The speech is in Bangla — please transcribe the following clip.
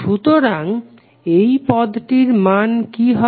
সুতরাং এই পদটির মান কি হবে